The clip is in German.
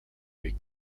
weg